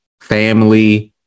family